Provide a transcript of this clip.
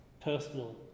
personal